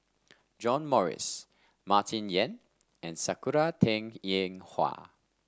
John Morrice Martin Yan and Sakura Teng Ying Hua